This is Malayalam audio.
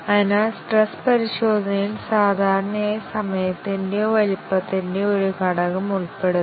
അതിനാൽ സ്ട്രെസ്സ് പരിശോധനയിൽ സാധാരണയായി സമയത്തിന്റെയോ വലുപ്പത്തിന്റെയോ ഒരു ഘടകം ഉൾപ്പെടുന്നു